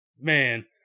Man